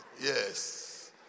Yes